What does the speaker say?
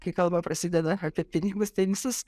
kai kalba prasideda apie pinigus tenisus